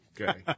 Okay